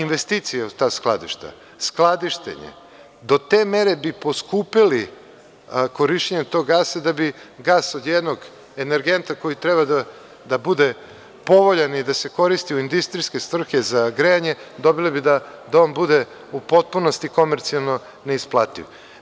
Investicije u ta skladišta, skladištenje, do te mere bi poskupeli, korišćenje tog gasa, da bi gas od jednog energenta koji treba da bude povoljan i da se koristi u industrijske svrhe za grejanje, dobili bi da on bude u potpunosti komercijalno neisplativ.